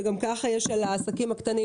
שגם ככה יש על העסקים הקטנים,